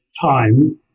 time